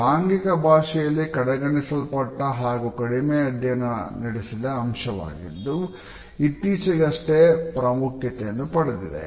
ಇದು ಆಂಗಿಕ ಭಾಷೆಯಲ್ಲಿ ಕಡೆಗಣಿಸಲ್ಪಟ್ಟ ಹಾಗೂ ಕಡಿಮೆ ಅಧ್ಯಯನ ನಡೆಸಿದ ಅಂಶವಾಗಿದ್ದು ಇತ್ತೀಚೆಗಷ್ಟೇ ಪ್ರಾಮುಖ್ಯತೆಯನ್ನು ಪಡೆದಿದೆ